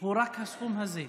הוא רק הסכום הזה.